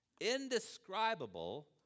Indescribable